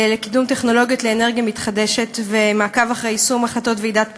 לקידום טכנולוגיות לאנרגיה מתחדשת ומעקב אחרי יישום החלטות ועידת פריז.